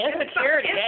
insecurity